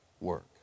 work